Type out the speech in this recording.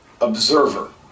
observer